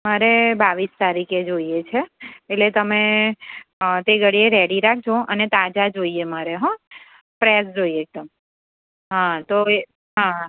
મારે બાવીસ તારીખે જોઈએ છે એટલે તમે તે ઘડીએ રેડી રાખજો અને તાજા જોઈએ મારે હો ફ્રેશ જોઈએ એકદમ હા તો હવે હા